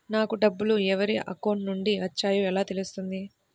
నాకు డబ్బులు ఎవరి అకౌంట్ నుండి వచ్చాయో ఎలా తెలుస్తుంది?